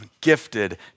gifted